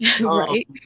Right